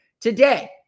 today